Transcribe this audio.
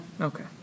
Okay